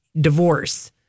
Divorce